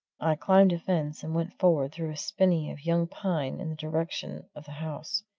i climbed a fence and went forward through a spinny of young pine in the direction of the house.